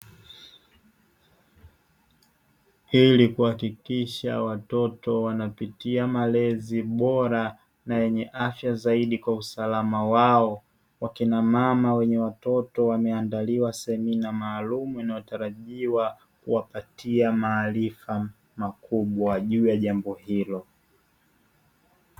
Hili kuhakikisha watoto wanapitia malezi bora, na yenye afya zaidi kwa usalama wao, wakina mama wenye watoto wameandaliwa semina maalumu, inayotarajiwa kuwapatia maarifa makubwa juu ya jambo hilo.